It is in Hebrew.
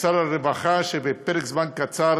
לשר הרווחה, שבפרק זמן קצר